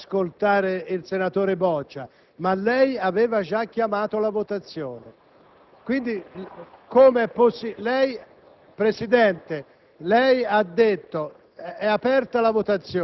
Presidente, voglio solo ricordarle che lei aveva già chiamato la votazione.